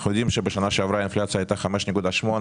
אנחנו יודעים שבשנה שעברה האינפלציה הייתה 5.8,